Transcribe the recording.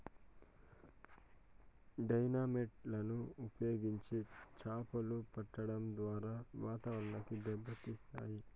dynamite లను ఉపయోగించి చాపలు పట్టడం ద్వారా వాతావరణాన్ని దెబ్బ తీస్తాయి